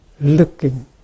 looking